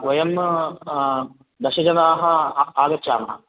वयं दशजनाः आ आगच्छामः